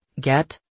Get